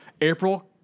April